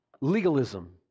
legalism